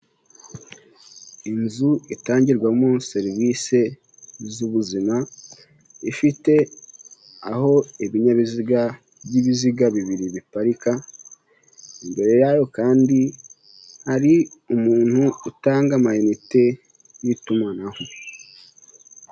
Inzu itangirwamo serivisi z'ubuzima ifite aho ibinyabiziga by'ibiziga bibiri biparika, imbere yayo kandi hari umuntu utanga amayinite y'itumanaho.